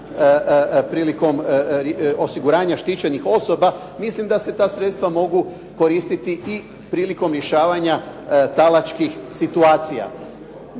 prilikom osiguranja štićenih osoba, mislim da se ta sredstva mogu koristiti i prilikom rješavanja talačkih situacija.